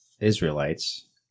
Israelites